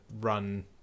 run